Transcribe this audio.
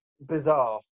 bizarre